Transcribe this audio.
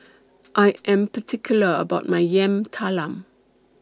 I Am particular about My Yam Talam